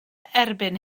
erbyn